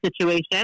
situation